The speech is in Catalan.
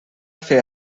fer